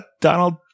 Donald